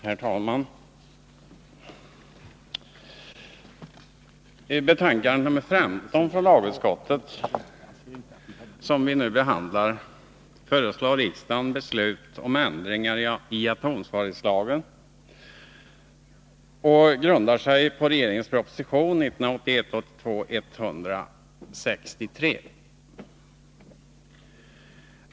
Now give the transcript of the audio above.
Herr talman! I betänkande nr 15 från lagutskottet, som vi nu behandlar, föreslås att riksdagen fattar beslut om ändringar i atomansvarighetslagen. Betänkandet grundar sig på regeringens proposition 1981/82:163.